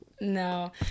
No